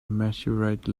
meteorite